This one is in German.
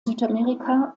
südamerika